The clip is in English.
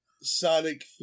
sonic